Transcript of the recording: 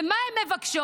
ומה הן מבקשות?